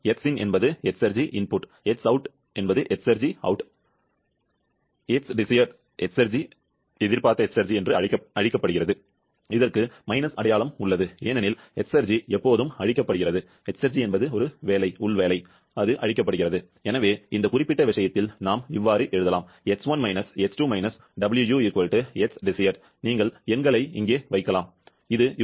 எங்கே Xin என்பது Exergy in Xout exergy out Xdes exergy அழிக்கப்படுகிறது இதற்கு மைனஸ் அடையாளம் உள்ளது ஏனெனில் எஸ்ர்ஜி எப்போதும் அழிக்கப்படுகிறது எனவே இந்த குறிப்பிட்ட விஷயத்தில் நாம் எழுதலாம் நீங்கள் எண்களை இங்கே வைக்கலாம் இது வர வேண்டும் 4